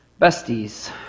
besties